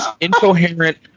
incoherent